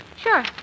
Sure